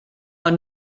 are